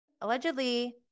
allegedly